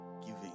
giving